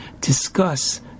discuss